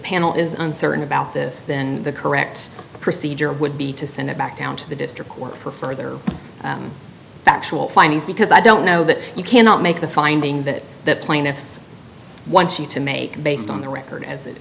panel is uncertain about this then the correct procedure would be to send it back down to the district court for further factual findings because i don't know that you cannot make the finding that the plaintiffs want you to make based on the record as it